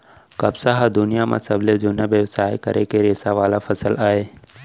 कपसा ह दुनियां म सबले जुन्ना बेवसाय करे के रेसा वाला फसल अय